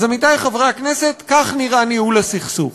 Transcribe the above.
אז, עמיתי חברי הכנסת, כך נראה ניהול הסכסוך.